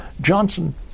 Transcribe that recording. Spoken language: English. Johnson